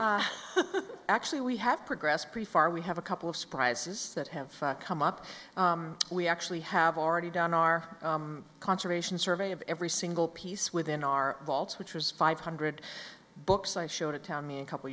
clerk actually we have progressed pretty far we have a couple of surprises that have come up we actually have already done our conservation survey of every single piece within our vaults which was five hundred books i showed it to me a couple